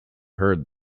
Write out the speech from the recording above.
heard